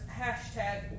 hashtag